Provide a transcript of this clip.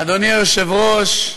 אדוני היושב-ראש,